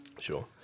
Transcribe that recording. Sure